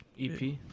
EP